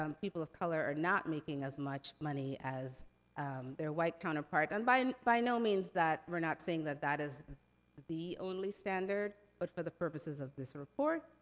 um people of color, are not making as much money as their white counterparts. and by and by no means, we're not saying that that is the only standard, but for the purposes of this report,